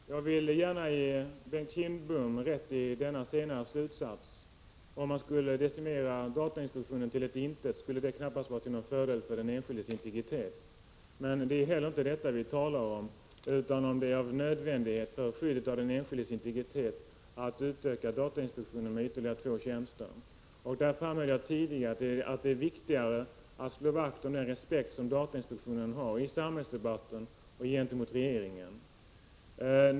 19 mars 1986 Herr talman! Jag vill gärna ge Bengt Kindbom rätt i denna senare slutsats. Jrnslag till dätolhapek Om man skulle decimera datainspektionen till ett intet, skulle det knappast HoRen vara till någon fördel för den enskildes integritet. Men det är inte heller detta vi talar om utan frågan huruvida det är nödvändigt för skyddet av den enskildes integritet att utöka datainspektionen med ytterligare två tjänster. Jag framhöll tidigare att det är viktigare att slå vakt om den respekt för datainspektionen som man har i samhällsdebatten och hos regeringen.